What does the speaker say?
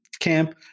camp